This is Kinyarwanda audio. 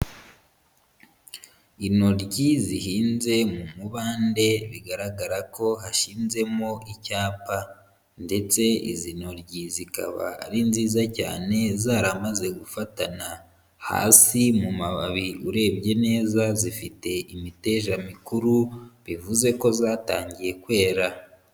Intoryi zihinze mu mubande, bigaragara ko hashizemo icyapa, ndetse izi ntoryi zikaba ari nziza cyane zaramaze gufatana, hasi mu mababi urebye neza zifite imiteja mikuru, bivuze ko zatangiye kwera.